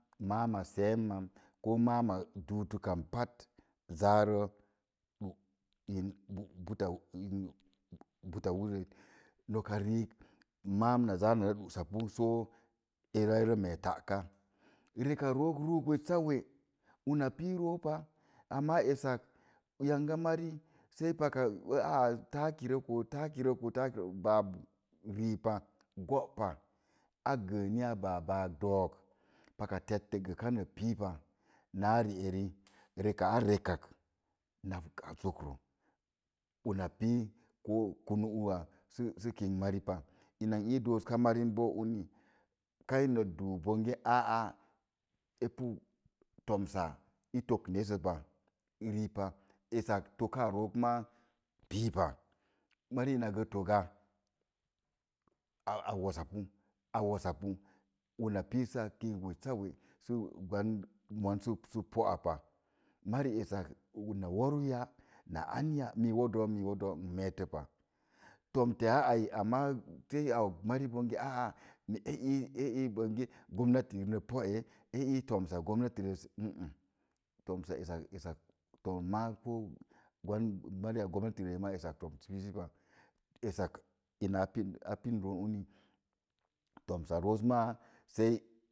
Maam ma see numa na za rə du in put ullet noka riik maam na ze'a sə na ɗusapu wuta bui mari i ree i mee taka, reka rook rú wessa we una pi wo paa eska yanga mari sei paka taki rək taki rək babu rii pa go'pa a gəə ni a báá bak dook, paka tettək sə kana pii pa. Na ri ari reka a rek ak na fuka zok rə una pii ko kanuu ona sə kənik mari pa ina n ii doosək ka mari boo uni kai na doo bonge a b pu tomssa i tokə nez za pa, pi rii pa esak toka roo maa piipa mori gə na toga a wosapu. Una pi sáá kinik wessa we sə po'a pa mari eska na wooruu na annya mii wodoo wodoo n metə pa tomtə a ai amma mari eii eii bonge gomnati na po'e tomsa gomnatirəs a'a mari gomnatirəs maa toms pisə pa